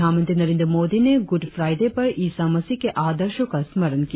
प्रधानमंत्री नरेंद्र मोदी ने Good Friday पर ईसा मसीह के आदर्शो का स्मरण किया